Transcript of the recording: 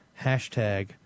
#Hashtag